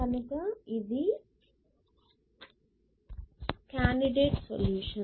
కనుక ఇది candidate solution